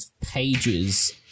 pages